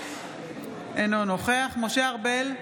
אינו נוכח משה ארבל,